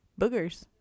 boogers